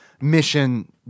mission